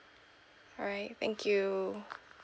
alright thank you